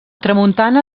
tramuntana